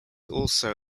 also